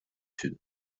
sud